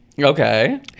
okay